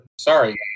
sorry